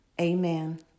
Amen